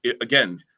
again